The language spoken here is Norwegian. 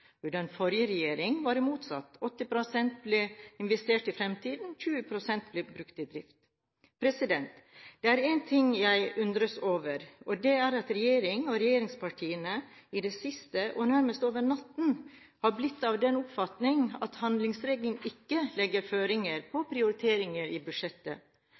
Under den forrige regjeringen var det motsatt – 80 pst. ble investert i fremtiden, 20 pst. ble brukt til drift. Det er én ting jeg undres over, og det er at regjeringen og regjeringspartiene i det siste – og nærmest over natten – har blitt av den oppfatning at handlingsregelen ikke legger føringer på prioriteringer i budsjettet.